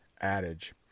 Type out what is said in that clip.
adage